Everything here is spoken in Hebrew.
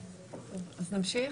הסודיות,